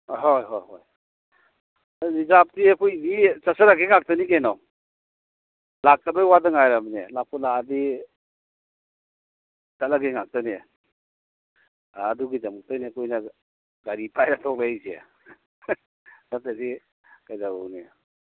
ꯍꯣꯏ ꯍꯣꯏ ꯍꯣꯏ ꯔꯤꯖꯥꯞꯇꯤ ꯑꯩꯈꯣꯏꯗꯤ ꯆꯠꯆꯔꯒꯦ ꯉꯥꯛꯇꯅꯤ ꯀꯩꯅꯣ ꯂꯥꯛꯇꯕꯩ ꯋꯥꯗ ꯉꯥꯏꯔꯕꯅꯦ ꯂꯥꯛꯄꯨ ꯂꯥꯛꯑꯗꯤ ꯆꯠꯂꯒꯦ ꯉꯥꯛꯇꯅꯦ ꯑꯗꯨꯒꯤꯗꯃꯛꯇꯅꯦ ꯑꯩꯈꯣꯏꯅ ꯒꯥꯔꯤ ꯄꯥꯏꯔ ꯊꯣꯛꯂꯛꯏꯁꯦ ꯅꯠꯇ꯭ꯔꯗꯤ ꯀꯩꯗꯧꯔꯨꯅꯤ